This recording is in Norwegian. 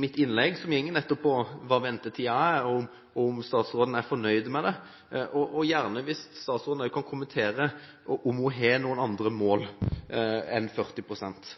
mitt innlegg, som gikk på hva ventetiden er, og om statsråden er fornøyd med det – og gjerne om statsråden også kan kommentere om hun har noen andre mål enn 40 pst.